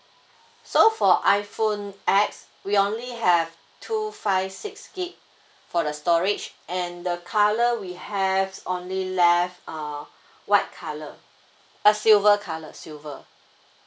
so for iPhone X we only have two five six gig for the storage and the colour we have only left uh white colour a silver colour silver